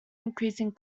increasing